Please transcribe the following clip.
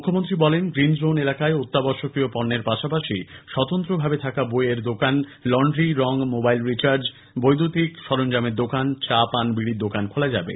মুখ্যমন্ত্রী বলেন green zone এলাকায় অত্যাবশ্যকীয় পণ্যের পাশাপাশি স্বতন্ত্র ভাবে থাকা বইয়ের দোকান লন্ড্রি রঙ মোবাইল রিচার্জ বৈদ্যুতিক সরঞ্জামের দোকান চা পান বিড়ির দোকান খোলা যাবে